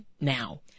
now